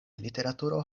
literaturo